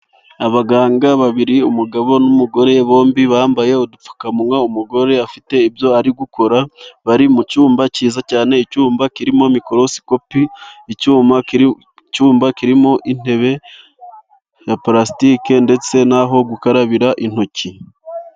Abaganga babiri, umugabo n'umugore, bombi bambaye udupfukamunwa. Umugore afite ibyo arimo gukora. Bari mu cyumba cyiza cyane, icyumba kirimo icyuma cya microscopi. Icyuma k kirimo intebe ya parasitike , ndetse n'aho gukarabira intoki.